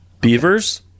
Beavers